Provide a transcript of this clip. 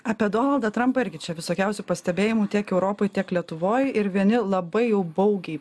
apie donaldą trampą irgi čia visokiausių pastebėjimų tiek europoje tiek lietuvoje ir vieni labai jau baugiai